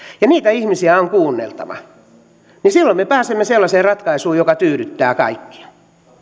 ja niitä ihmisiä on kuunneltava silloin me pääsemme sellaiseen ratkaisuun joka tyydyttää kaikkia